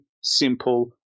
simple